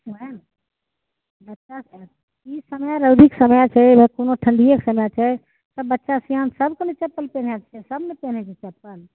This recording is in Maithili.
ओहए ने बच्चा सब ई समय रौदीके समय छै कोनो ठंडिए के समय छै तऽ बच्चा सिआन सबके ने चप्पल पेन्है के छै सब ने पेनहै छै चप्पल